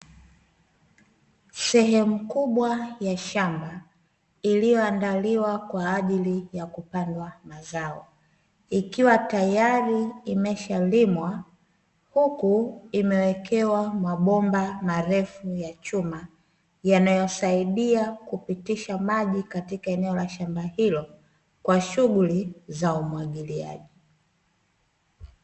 Sehemu kubwa ya shamba, iliyoandaliwa kwa ajili ya kupandwa mazao. Ikiwa tayari imeshalimwa, huku imewekewa mabomba marefu ya chuma, yanayosaidia kupitisha maji katika eneo la shamba hilo, kwa shughuli za umwagiliaji.